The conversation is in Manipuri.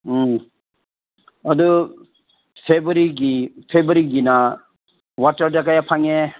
ꯎꯝ ꯑꯗꯣ ꯐꯦꯕ꯭ꯋꯥꯔꯤꯒꯤ ꯐꯦꯕ꯭ꯋꯥꯔꯤꯒꯤꯅ ꯋꯥꯇꯔꯗ ꯀꯌꯥ ꯐꯪꯉꯦ